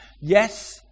Yes